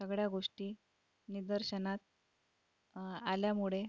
सगळ्या गोष्टी निदर्शनात आल्यामुळे